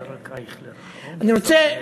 נקודה שנייה, אני רוצה